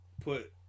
put